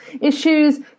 issues